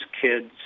kids